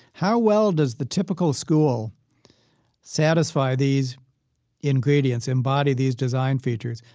how well does the typical school satisfy these ingredients, embody these design features,